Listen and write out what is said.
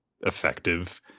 effective